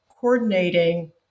coordinating